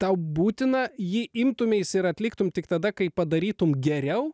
tau būtina jį imtumeis ir atliktum tik tada kai padarytum geriau